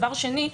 דבר שני,